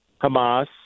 Hamas